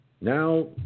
Now